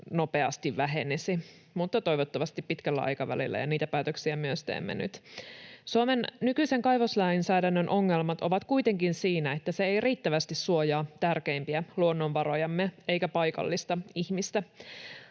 nopeasti vähenisi, mutta toivottavasti pitkällä aikavälillä, ja niitä päätöksiä myös teemme nyt. Suomen nykyisen kaivoslainsäädännön ongelmat ovat kuitenkin siinä, että se ei riittävästi suojaa tärkeimpiä luonnonvarojamme eikä paikallista ihmistä.